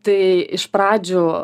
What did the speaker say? tai iš pradžių